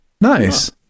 Nice